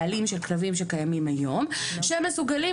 בעלים של כלבים שקיימים היום שהם מסוגלים